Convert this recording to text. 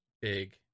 big